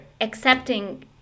accepting